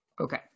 Okay